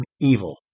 evil